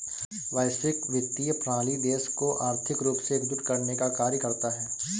वैश्विक वित्तीय प्रणाली देशों को आर्थिक रूप से एकजुट करने का कार्य करता है